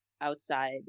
outside